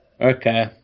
okay